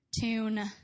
tune